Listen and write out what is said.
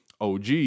OG